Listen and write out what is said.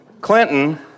Clinton